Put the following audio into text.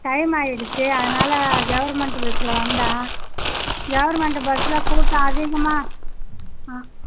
time ஆகிடுச்சி அதனால் government பஸ்சில் வந்தேன் கெவர்மெண்ட்டு பஸ்சில் கூட்டம் அதிகமாக ஆ